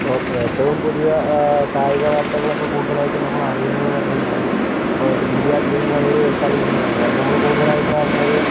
ഇപ്പോൾ എപ്പോഴും ഏറ്റവും പുതിയ കായിക വാർത്തകളൊക്കെ കൂടുതലായിട്ടും നമ്മളറിയുന്നത് എന്ന് പറഞ്ഞ് കഴിഞ്ഞാൽ ഇപ്പോൾ ഇന്ത്യ ശ്രീലങ്ക ഒരു കളി ഉണ്ടെന്ന് പറഞ്ഞില്ലേ അത് നമ്മൾ കൂടുതലായിട്ട് അറിഞ്ഞത്